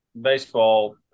baseball